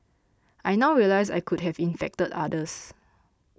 I now realise I could have infected others